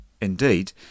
Indeed